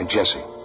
Jesse